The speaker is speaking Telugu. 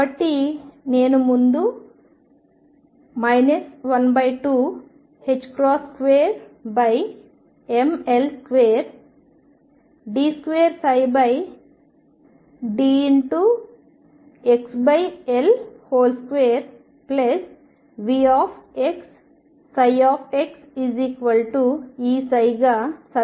కాబట్టి నేను ముందు 12 2mL2d2d2VxxEψ గా సమీకరణాన్ని కలిగి ఉన్నాను